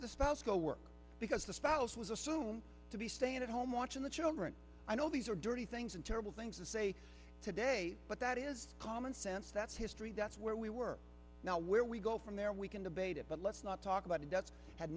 the spouse go work because the spouse was assumed to be staying at home watching the children i know these are dirty things and terrible things to say today but that is common sense that's history that's where we were now where we go from there we can debate it but let's not talk about it that's had